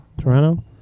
Toronto